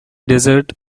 desert